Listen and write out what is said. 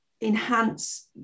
enhance